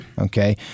Okay